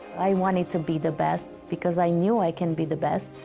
i wanted to be the best, because i knew i can be the best.